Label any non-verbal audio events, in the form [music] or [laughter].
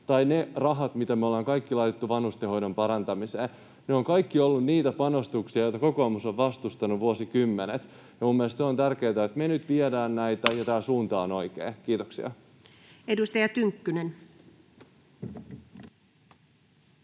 tai ne rahat, mitä me ollaan kaikki laitettu vanhustenhoidon parantamiseen. Ne kaikki ovat olleet niitä panostuksia, joita kokoomus on vastustanut vuosikymmenet. Minun mielestäni se on tärkeätä, että me nyt viedään näitä. [noise] Tämä suunta on oikea. — Kiitoksia. Edustaja Tynkkynen.